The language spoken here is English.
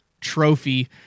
trophy